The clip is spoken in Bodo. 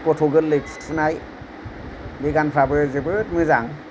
गथ' गोरलै फुथुनाय बे गानफ्राबो जोबोर मोजां